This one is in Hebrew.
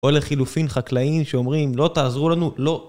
או לחילופין חקלאיים שאומרים, לא תעזרו לנו, לא.